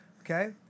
Okay